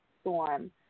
Storm